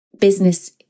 business